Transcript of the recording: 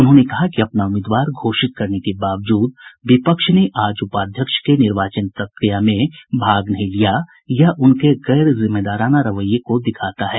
उन्होंने कहा कि अपना उम्मीदवार घोषित करने के बावजूद विपक्ष ने आज उपाध्यक्ष के निर्वाचन प्रक्रिया में भाग नहीं लिया यह उनके गैर जिम्मेदाराना रवैये को दिखाता है